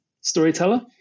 storyteller